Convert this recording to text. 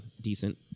decent